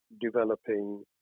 developing